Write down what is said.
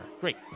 great